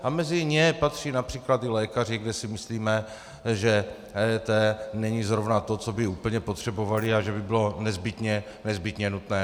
A mezi ně patří například i lékaři, kde si myslíme, že EET není zrovna to, co by úplně potřebovali a co by bylo nezbytně nutné.